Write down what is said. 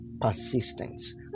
persistence